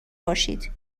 باشید